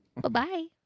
Bye-bye